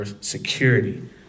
security